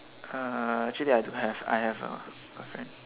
uh actually I do have I have a girlfriend